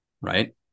right